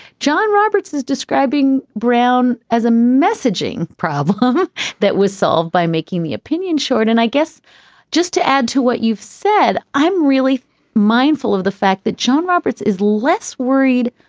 john roberts is describing brown as a messaging problem that was solved by making the opinion short. and i guess just to add to what you've said, i'm really mindful of the fact that john roberts is less worried,